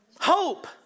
Hope